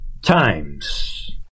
Times